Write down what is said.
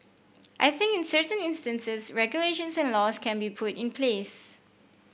I think in certain instances regulations and laws can be put in place